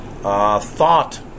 Thought